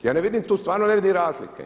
Ja ne vidim tu, stvarno ne vidim razlike.